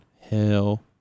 Hell